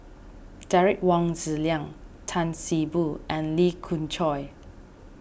Derek Wong Zi Liang Tan See Boo and Lee Khoon Choy